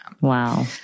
Wow